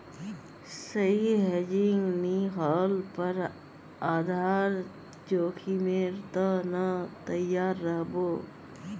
सही हेजिंग नी ह ल पर आधार जोखीमेर त न तैयार रह बो